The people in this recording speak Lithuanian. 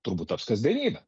turbūt taps kasdienybe